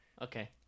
okay